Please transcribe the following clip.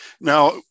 Now